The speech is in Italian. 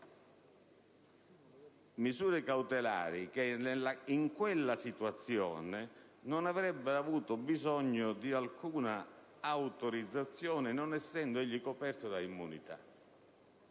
misure cautelari che - in quella situazione - non avrebbero avuto bisogno di alcuna autorizzazione, non essendo egli coperto da immunità.